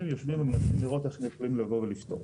יושבים ומנסים לראות איך הם יכולים לבוא ולפתור.